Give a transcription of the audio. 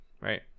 right